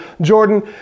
Jordan